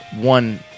one